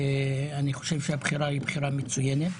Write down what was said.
אני חושב שהבחירה היא בחירה מצוינת.